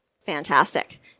Fantastic